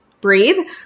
breathe